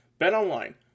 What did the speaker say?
BetOnline